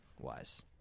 wise